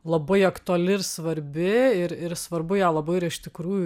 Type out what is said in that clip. labai aktuali ir svarbi ir ir svarbu ją labai yra iš tikrųjų